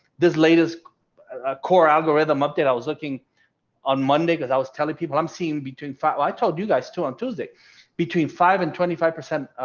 this latest ah core algorithm update i was looking on monday because i was telling people i'm seeing between fat i told you guys to on tuesday between five and twenty five. unknown